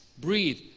Breathe